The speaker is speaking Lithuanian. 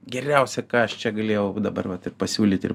geriausia ką aš čia galėjau dabar vat ir pasiūlyt ir